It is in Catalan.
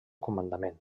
comandament